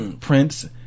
Prince